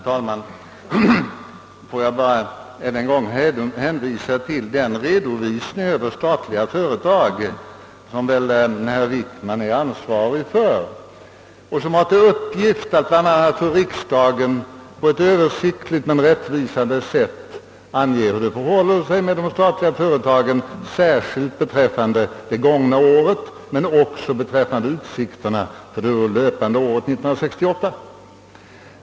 Herr talman! Jag vill bara än en gång hänvisa till den redovisning över statliga företag, som väl herr Wickman är ansvarig för och som hade till uppgift att bl.a. för riksdagen på ett översiktligt men rättvisande sätt ange, hur det förhåller sig med de statliga företagen, särskilt beträffande det då gångna året, men också beträffande utsikterna för det löpande året 1968.